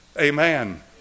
Amen